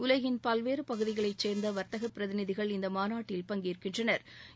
உலகின் பல்வேறு பகுதிகளைச் சோ்ந்த வாத்தக பிரதிநிதிகள் இந்த மாநாட்டில் பங்கேற்கின்றனா்